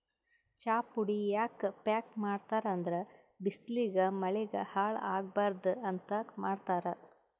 ಚಾಪುಡಿ ಯಾಕ್ ಪ್ಯಾಕ್ ಮಾಡ್ತರ್ ಅಂದ್ರ ಬಿಸ್ಲಿಗ್ ಮಳಿಗ್ ಹಾಳ್ ಆಗಬಾರ್ದ್ ಅಂತ್ ಮಾಡ್ತಾರ್